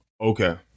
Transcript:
Okay